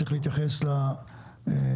צריך להתייחס להתיישבות,